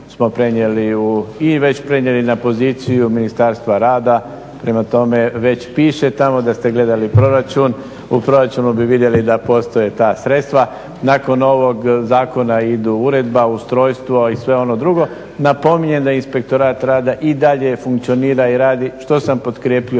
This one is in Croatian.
i već prenijeli na poziciji Ministarstva rada. Prema tome, već piše tamo da ste gledali proračun. U proračunu bi vidjeli da postoje ta sredstva. Nakon ovog zakona idu uredba, ustrojstvo i sve ono drugo. Napominjem da je Inspektorat rada i dalje funkcionira i radi što sam potkrijepio